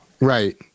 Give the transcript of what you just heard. Right